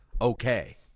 okay